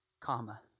comma